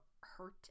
hurt